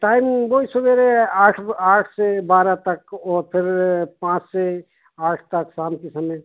time वही सबेरे आठ ब आठ से बारह तक और फिर पाँच से आठ तक शाम के समय